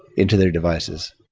into their devices.